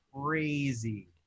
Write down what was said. crazy